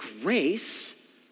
grace